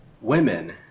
women